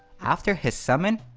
after his summon,